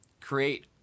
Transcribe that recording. create